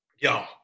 Yo